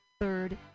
third